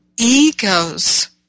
ego's